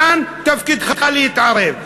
כאן תפקידך להתערב.